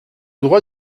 droit